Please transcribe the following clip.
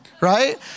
right